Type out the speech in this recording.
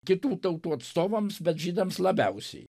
kitų tautų atstovams bet žydams labiausiai